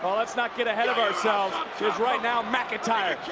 let's not get ahead of ourselves, because right now mcintyre.